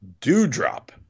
Dewdrop